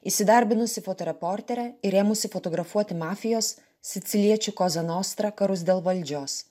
įsidarbinusi fotoreportere ir ėmusi fotografuoti mafijos siciliečių kozanostra karus dėl valdžios